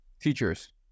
teachers